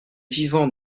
vivant